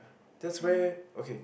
that's way okay